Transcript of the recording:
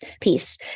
piece